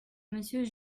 monsieur